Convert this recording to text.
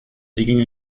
digging